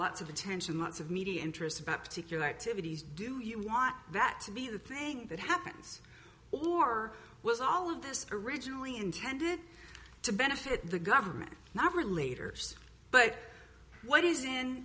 lots of attention lots of media interest about particular activities do you want that to be the thing that happens or was all of this originally intended to benefit the government not for later use but what is in